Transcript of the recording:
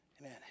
Amen